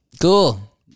Cool